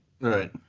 Right